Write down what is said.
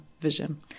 vision